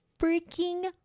freaking